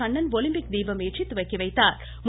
Kannan Olympic தீபம் ஏற்றி துவக்கிவைத்தாா்